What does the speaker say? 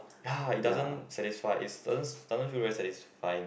ya it doesn't satisfy is doesn't doesn't feel very satisfying